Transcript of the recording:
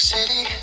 City